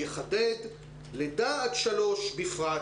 אחדד לידה עד שלוש בפרט,